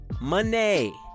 money